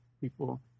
people